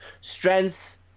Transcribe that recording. strength